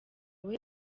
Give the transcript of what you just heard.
byawe